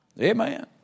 Amen